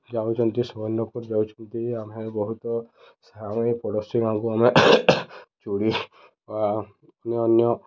ଯାଉଛନ୍ତି ସୁବର୍ଣ୍ଣପୁର ଯାଉଛନ୍ତି ଆମେ ବହୁତ ଆମେ ପଡ଼ୋଶୀମାନକୁ ଆମେ ଚୁଡ଼ି ଅନ୍ୟ ଅନ୍ୟ